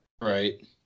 Right